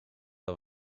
dat